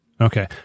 okay